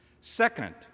Second